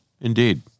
Indeed